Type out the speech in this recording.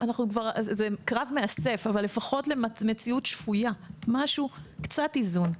זה קרב מאסף, אבל לפחות למציאות שפויה, קצת איזון.